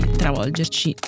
travolgerci